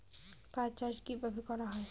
পাট চাষ কীভাবে করা হয়?